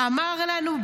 אמר לנו: